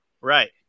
Right